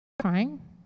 crying